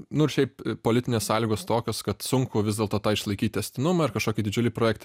nu ir šiaip politinės sąlygos tokios kad sunku vis dėlto tą išlaikyt tęstinumą ar kažkokį didžiulį projektą